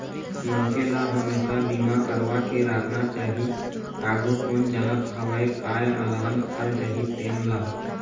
मनखे ल हमेसा बीमा करवा के राखना चाही, आघु कोन जानत हवय काय अलहन आ जाही तेन ला